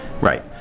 Right